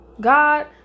God